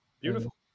Beautiful